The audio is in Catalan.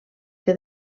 que